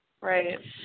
right